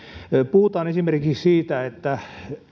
puhutaan esimerkiksi siitä että